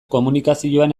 komunikazioan